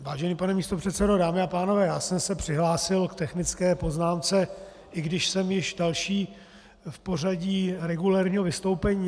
Vážený pane místopředsedo, dámy a pánové, já jsem se přihlásil k technické poznámce, i když jsem již další v pořadí regulérního vystoupení.